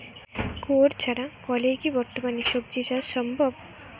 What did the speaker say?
কুয়োর ছাড়া কলের কি বর্তমানে শ্বজিচাষ সম্ভব?